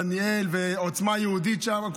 דניאל ועוצמה יהודית שם,